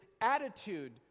attitude